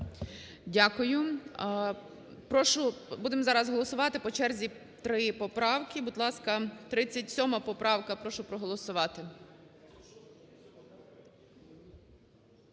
Прошу, будемо зараз голосувати по черзі три поправки. Будь ласка, 37 поправка. Прошу проголосувати.